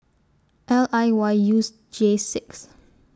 L I Y U S J six